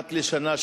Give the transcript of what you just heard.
אחת לשנה,